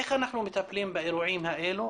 איך אנחנו מטפלים באירועים הללו,